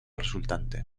resultante